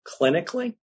clinically